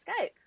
skype